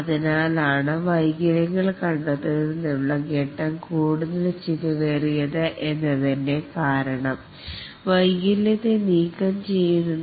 അതിനാലാണ് വൈകല്യങ്ങൾ കണ്ടെത്തുന്നതിനുള്ള ഫേസ് വൈകുന്തോറും അത് പരിഹരിക്കുന്നതിന്റെ ചിലവു വര്ധിക്കുന്നതു